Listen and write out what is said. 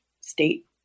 state